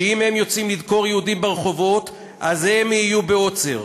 שאם הם יוצאים לדקור יהודים ברחובות אז הם יהיו בעוצר,